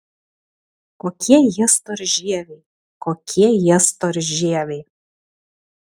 kokie jie storžieviai kokie jie storžieviai